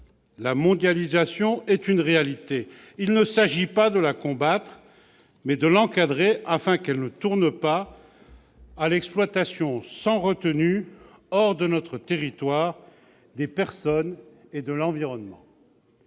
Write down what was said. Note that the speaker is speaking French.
La mondialisation est une réalité. Il ne s'agit pas de la combattre, mais de l'encadrer, afin qu'elle ne tourne pas à l'exploitation sans retenue, hors de notre territoire, des personnes et de l'environnement.